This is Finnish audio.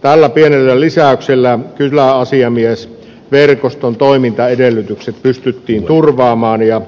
tällä pienellä lisäyksellä kyläasiamiesverkoston toimintaedellytykset pystyttiin turvaamaan ja